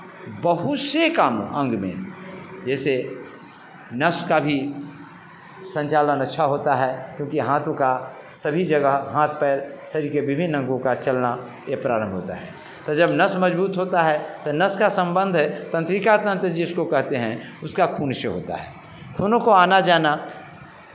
बहुत से काम अंग में जैसे नस का भी संचालन अच्छा होता है क्योंकि हाथों का सभी जगह हाथ पैर शरीर के विभिन्न अंगों का चलना ये प्रारम्भ होता है तो जब नस मज़बूत होता है तो नस का सम्बन्ध है तंत्रिका तन्त्र जिसको कहते हैं उसका खून से होता है खूनों काे आना जाना